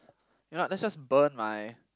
you know let's just burn my